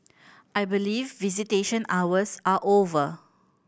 I believe visitation hours are over